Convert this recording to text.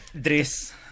Dress